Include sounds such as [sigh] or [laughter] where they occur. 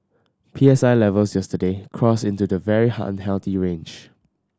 P S I levels yesterday crossed into the very [unintelligible] unhealthy range